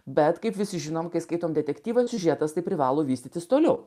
bet kaip visi žinome kai skaitome detektyvą siužetas tai privalo vystytis toliau